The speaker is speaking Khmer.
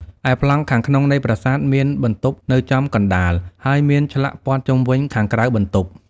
ឯប្លង់ខាងក្នុងនៃប្រាសាទមានបន្ទប់នៅចំកណ្តាល ហើយមានឆ្លាក់ព័ទ្ធជុំវិញខាងក្រៅបន្ទប់។